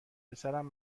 پسرم